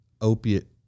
opiate